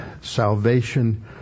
salvation